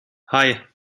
hei